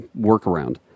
workaround